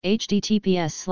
https